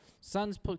Suns